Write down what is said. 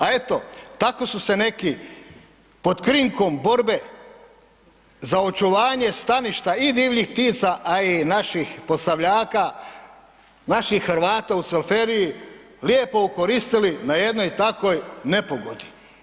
A eto, tako su se neki pod krinkom borbe za očuvanje staništa i divljih ptica, a i naših Posavljaka naših Hrvata u Cvelferiji lijepo okoristili na jednoj takvoj nepogodi.